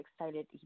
excited